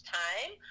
time